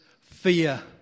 fear